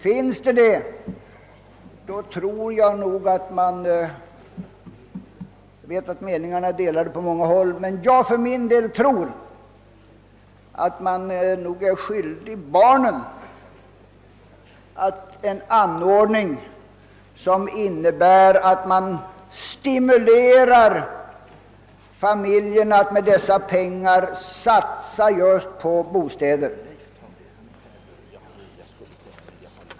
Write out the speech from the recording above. Finns det inte sådana bostäder, anser jag nog för min del — jag vet dock att meningarna är delade på många håll — att man är skyldig barnen en anordning som innebär att familjerna stimuleras att satsa dessa pengar just på bostäder.